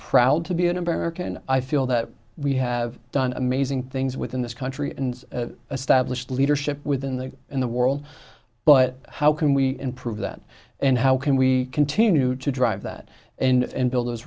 proud to be an american i feel that we have done amazing things within this country and stablished leadership within the in the world but how can we improve that and how can we continue to drive that and build those